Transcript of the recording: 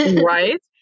Right